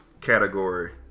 category